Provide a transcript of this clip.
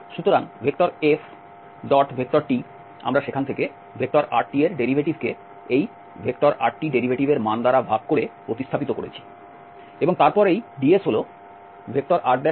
সুতরাং FTআমরা সেখান থেকে rt এর ডেরিভেটিভকে এই rtডেরিভেটিভের মান দ্বারা ভাগ করে প্রতিস্থাপিত করেছি এবং তারপর এই ds হল rdt